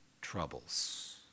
troubles